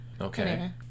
Okay